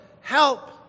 help